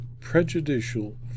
prejudicial